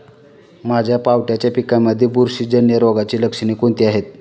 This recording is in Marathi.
माझ्या पावट्याच्या पिकांमध्ये बुरशीजन्य रोगाची लक्षणे कोणती आहेत?